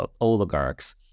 oligarchs